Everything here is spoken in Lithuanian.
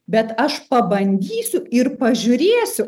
bet aš pabandysiu ir pažiūrėsiu